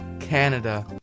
Canada